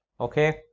okay